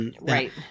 Right